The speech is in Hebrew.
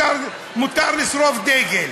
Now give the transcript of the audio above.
מותר לשרוף דגל.